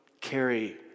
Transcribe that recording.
carry